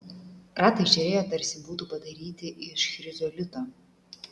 ratai žėrėjo tarsi būtų padaryti iš chrizolito